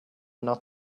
not